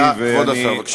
כבוד השר, בבקשה.